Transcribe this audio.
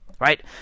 Right